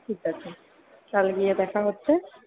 ঠিক আছে তাহলে গিয়ে দেখা হচ্ছে